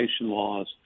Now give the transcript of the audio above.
laws